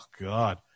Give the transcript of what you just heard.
God